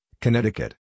Connecticut